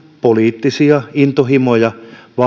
poliittisia intohimoja